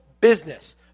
business